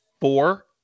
four